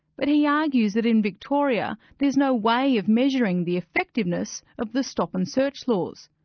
but he argues that in victoria, there's no way of measuring the effectiveness of the stop and search laws.